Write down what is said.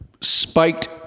spiked